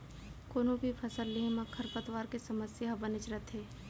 कोनों भी फसल लेहे म खरपतवार के समस्या ह बनेच रथे